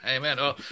Amen